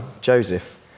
Joseph